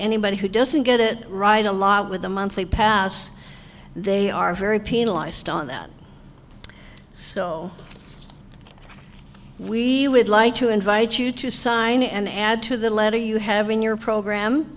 anybody who doesn't get it right a lot with a monthly pass they are very penalized on that so we would like to invite you to sign and add to the letter you have in your program